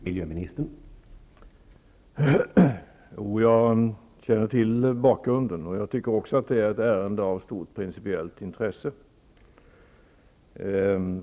Herr talman! Jag känner till bakgrunden, och jag tycker också att det är ett ärende av stort principiellt intresse.